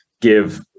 give